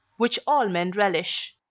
which all men relish.